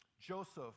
Joseph